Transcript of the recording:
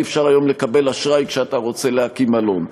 אי-אפשר היום לקבל אשראי כשאתה רוצה להקים מלון.